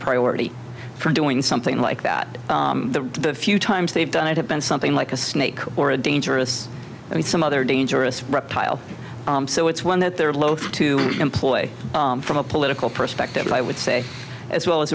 priority for doing something like that the few times they've done it have been something like a snake or a dangerous and some other dangerous reptile so it's one that they're loath to employ from a political perspective i would say as well as